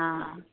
हां